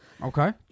Okay